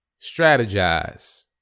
Strategize